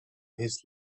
his